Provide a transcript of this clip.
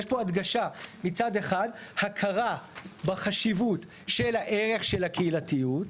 יש פה הדגשה מצד אחד הכרה בחשיבות של הערך של הקהילתיות,